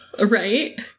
Right